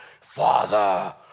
Father